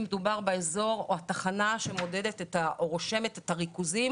מדובר באזור או התחנה שמודדת או רושמת את הריכוזים